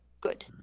Good